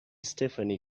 stephanie